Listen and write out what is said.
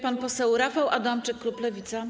Pan poseł Rafał Adamczyk, klub Lewica.